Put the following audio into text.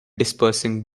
dispersing